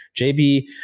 JB